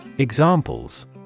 Examples